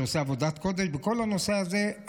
שעושה עבודת קודש בכל הנושא הזה,